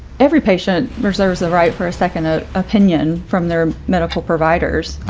every patient deserves the right for a second ah opinion from their medical providers.